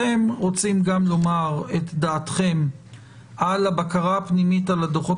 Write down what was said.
אתם רוצים גם לומר את דעתכם על הבקרה הפנימית על הדוחות